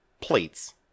plates